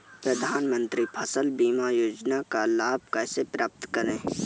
प्रधानमंत्री फसल बीमा योजना का लाभ कैसे प्राप्त करें?